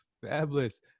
fabulous